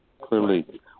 clearly